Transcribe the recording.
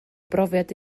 brofiad